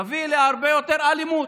תביא להרבה יותר אלימות,